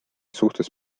suhtes